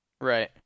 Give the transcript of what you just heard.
right